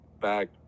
back